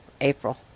April